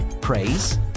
praise